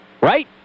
Right